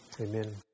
Amen